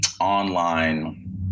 online